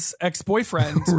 ex-boyfriend